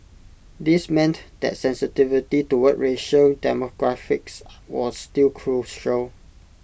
this meant that sensitivity toward racial demographics was still crucial